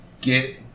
get